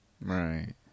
right